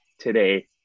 today